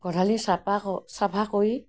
গোহালি চাফা চাফা কৰি